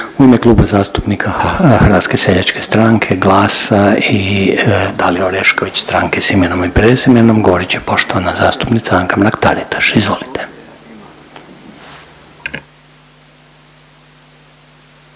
u ime Kluba zastupnika HSS-a, GLAS-a i Dalije Orešković, Stranke s imenom i prezimenom, govorit će poštovana zastupnica Anka Mrak-Taritaš, izvolite.